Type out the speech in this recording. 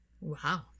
Wow